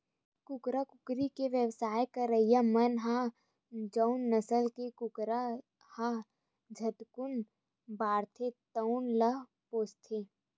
कुकरा, कुकरी के बेवसाय करइया मन ह जउन नसल के कुकरा ह झटकुन बाड़थे तउन ल पोसथे